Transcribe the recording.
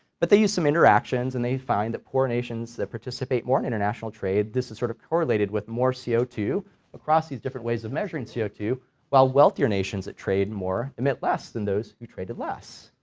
but they use some interactions and they find that poor nations that participate more in international trade this is sort of correlated with more c o two across these different ways of measuring c o two while wealthier nations that trade more emit less than those who traded less.